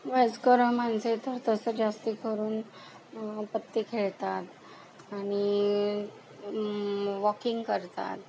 वयस्कर माणसं इथं तसं जास्ती करून पत्ते खेळतात आणि वॉकिंग करतात